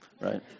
right